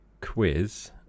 quiz